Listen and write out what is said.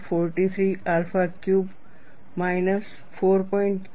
43 alpha cube minus 4